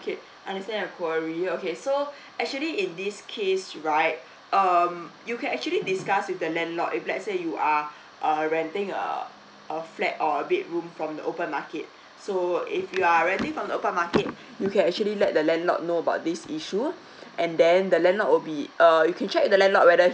okay understand your queries okay so actually in this case right um you can actually discuss with the landlord if let's say you are uh renting a a flat or a bedroom from the open market so if you are renting from the open market you can actually let the landlord know about this issue and then the landlord will be err you can check with the landlord whether